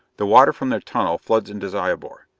the water from their tunnel floods into zyobor.